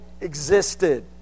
existed